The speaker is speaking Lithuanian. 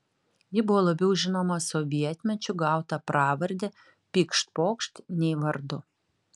ji buvo labiau žinoma sovietmečiu gauta pravarde pykšt pokšt nei vardu